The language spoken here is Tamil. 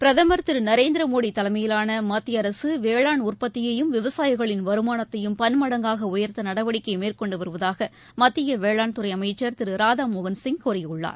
பிரதம் ் திருநரேந்திரமோடிதலைமையிலானமத்தியஅரசுவேளாண் உற்பத்தியையும் விவசாயிகளின் வருமானத்தையும் பன்மடங்காகஉயா்த்தநடவடிக்கைமேற்கொண்டுவருவதாகமத்தியவேளாண்துறைஅமைச்சா் திராராதாமோகன்சிங் கூறியுள்ளார்